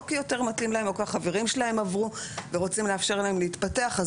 או כי יותר מתאים להם או כי החברים שלהם עברו ורוצים לאפשר להם להתפתח אז